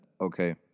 Okay